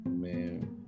Man